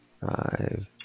five